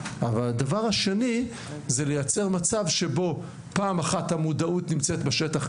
אבל הדבר השני זה לייצר מצב שבו פעם אחת המודעות נמצאת בשטח,